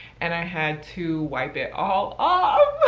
and i had to wipe it all ah